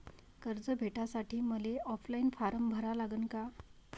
कर्ज भेटासाठी मले ऑफलाईन फारम भरा लागन का?